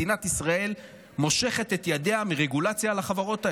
מדינת ישראל מושכת את ידיה מרגולציה על החברות האלה.